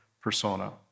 persona